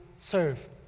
serve